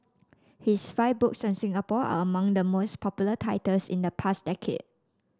his five books on Singapore are among the most popular titles in the past decade